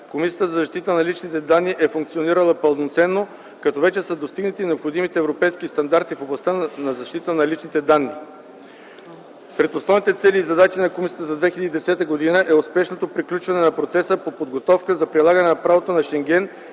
Комисията за защита на личните данни е функционирала пълноценно, като вече са достигнати необходимите европейски стандарти в областта на защита на личните данни. Сред основните цели и задачи на комисията за 2010 г. е успешното приключване на процеса по подготовка за прилагане на правото на Шенген